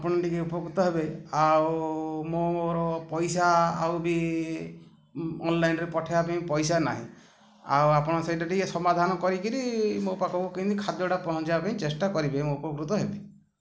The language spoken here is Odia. ଆପଣ ଟିକେ ଉପକୃତ ହେବେ ଆଉ ମୋର ପଇସା ଆଉ ବି ଅନଲାଇନ୍ରେ ପଠାଇବା ପାଇଁ ପଇସା ନାହିଁ ଆଉ ଆପଣ ସେଇଟା ଟିକେ ସମାଧାନ କରିକିରି ମୋ ପାଖକୁ କେମିତି ଖାଦ୍ୟଟା ପହଞ୍ଚିବାବା ପାଇଁ ଚେଷ୍ଟା କରିବେ ମୁଁ ଉପକୃତ ହେବି